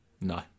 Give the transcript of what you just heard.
No